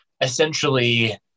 essentially